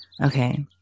Okay